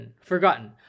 forgotten